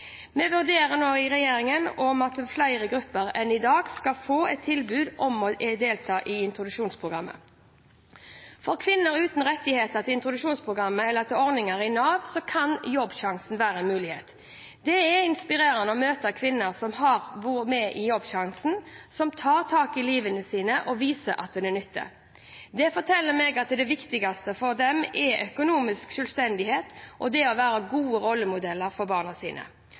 i regjeringen vurderer nå om flere grupper enn i dag skal få et tilbud om å delta i introduksjonsprogrammet. For kvinner uten rettigheter til introduksjonsprogrammet eller ordninger i Nav kan Jobbsjansen være en mulighet. Det er inspirerende å møte kvinner som har vært med i Jobbsjansen, og som tar tak i livet sitt og viser at det nytter. Det forteller meg at det viktigste for dem er økonomisk selvstendighet og det å være gode rollemodeller for barna sine.